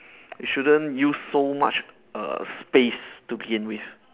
it shouldn't use so much err space to begin with